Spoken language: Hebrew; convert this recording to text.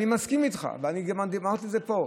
אני מסכים איתך, ואני גם אמרתי את זה פה: